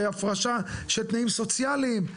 והפרשה של תנאים סוציאליים,